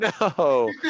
no